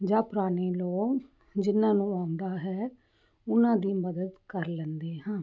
ਜਾ ਪੁਰਾਣੇ ਲੋਗ ਜਿਨਾਂ ਨੂੰ ਆਉਂਦਾ ਹੈ ਉਹਨਾਂ ਦੀ ਮਦਦ ਕਰ ਲੈਦੇ ਹਾਂ